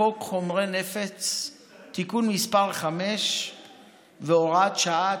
חוק חומרי נפץ (תיקון מס' 5 והוראת שעה),